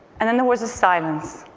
and then there was a silence